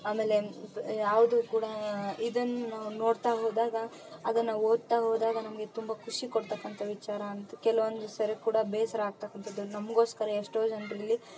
ಆಮೇಲೆ ಯಾವುದು ಕೂಡ ಇದನ್ನ ನೋಡ್ತಾ ಹೋದಾಗ ಅದನ್ನ ಓದ್ತಾ ಹೋದಾಗ ನಮಗೆ ತುಂಬ ಖುಷಿಕೊಡ್ತಕ್ಕಂಥ ವಿಚಾರ ಅಂತು ಕೆಲ್ವೊಂದು ಸರ್ತಿ ಕೂಡ ಬೇಸರ ನಮಗೋಸ್ಕರ ಎಷ್ಟೋ ಜನರು ಇಲ್ಲಿ